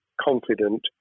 confident